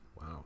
wow